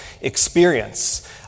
experience